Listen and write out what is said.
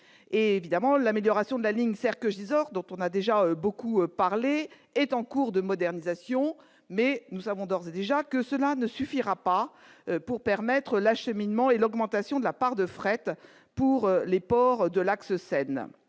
fret doivent être renforcées. La ligne Serqueux-Gisors, dont on a déjà beaucoup parlé, est en cours de modernisation, mais nous savons d'ores et déjà que cela ne suffira pas à permettre l'acheminement et l'augmentation de la part de fret pour les ports de l'axe Seine.